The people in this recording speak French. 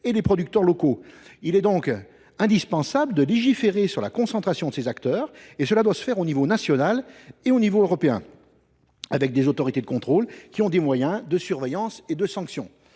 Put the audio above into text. et les producteurs locaux. Il est donc indispensable de légiférer sur la concentration de ces acteurs, ce qui doit se faire à l’échelon tant national qu’européen, avec des autorités de contrôle dotées de moyens de surveillance et de sanction.